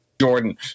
Jordan